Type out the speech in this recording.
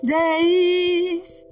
days